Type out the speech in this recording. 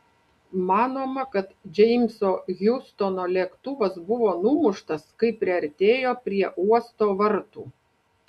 manoma kad džeimso hjustono lėktuvas buvo numuštas kai priartėjo prie uosto vartų